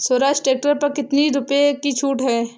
Swaraj tractor पर कितनी रुपये की छूट है?